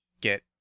get